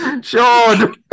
Sean